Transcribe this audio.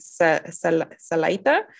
Salaita